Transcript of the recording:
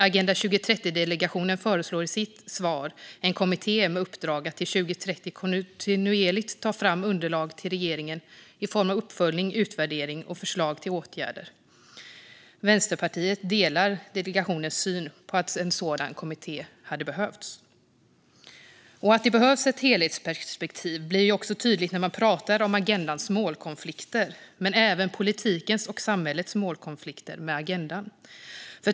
Agenda 2030-delegationen föreslår i sitt svar en kommitté med uppdrag att fram till 2030 kontinuerligt ta fram underlag till regeringen i form av uppföljning, utvärdering och förslag till åtgärder. Vänsterpartiet delar delegationens syn på att en sådan kommitté behövs. Att det behövs ett helhetsperspektiv blir också tydligt när man pratar om agendans målkonflikter men även politikens och samhällets målkonflikter med agendan.